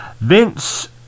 Vince